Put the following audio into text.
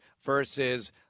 versus